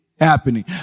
happening